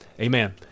amen